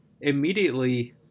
immediately